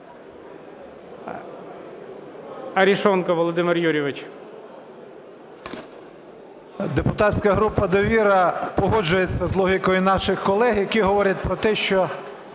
Депутатська група "Довіра" погоджується з логікою наших колег, які говорять про те, що